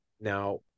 now